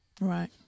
Right